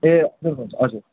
ए sir कोच हजुर